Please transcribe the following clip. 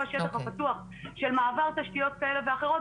שטח פתוח של מעבר תשתיות כאלה ואחרות,